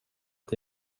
att